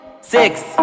Six